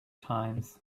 times